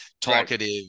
Talkative